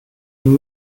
ihn